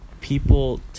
people